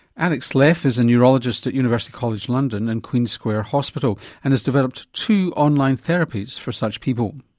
alex leff is a neurologist at university college london and queen's square hospital and has developed two online therapies for such people.